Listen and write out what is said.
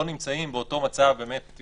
נקיים דיון מסכם עכשיו - כמובן עם הערות